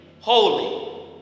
Holy